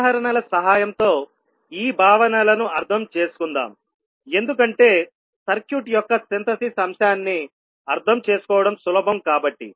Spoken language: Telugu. ఉదాహరణల సహాయంతో ఈ భావనలను అర్థం చేసుకుందాం ఎందుకంటే సర్క్యూట్ యొక్క సింథసిస్ అంశాన్ని అర్థం చేసుకోవడం సులభం కాబట్టి